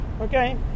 okay